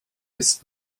ist